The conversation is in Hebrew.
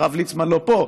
הרב ליצמן לא פה,